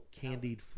candied